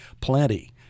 plenty